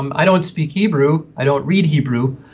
um i don't speak hebrew, i don't read hebrew,